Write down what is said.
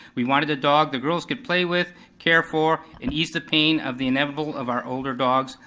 we wanted a dog the girls could play with, care for, and ease the pain of the inevitable of our older dogs,